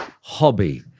Hobby